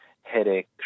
headache